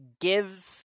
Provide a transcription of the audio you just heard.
gives